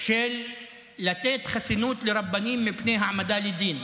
לתת חסינות לרבנים מפני העמדה לדין?